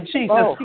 Jesus